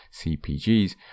CpGs